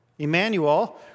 Emmanuel